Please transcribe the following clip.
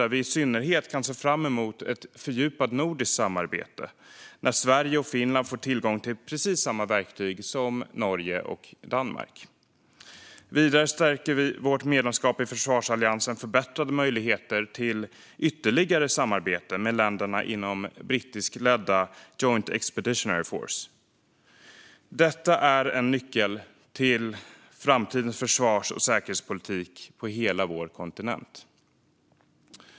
Vi kan i synnerhet se fram emot ett fördjupat nordiskt samarbete när Sverige och Finland får tillgång till precis samma verktyg som Norge och Danmark. Vidare stärker och förbättrar vårt medlemskap i försvarsalliansen möjligheterna till ytterligare samarbeten med länderna inom brittiskledda Joint Expeditionary Force. Detta är en nyckel till framtidens försvars och säkerhetspolitik på hela vår kontinent.